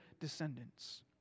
descendants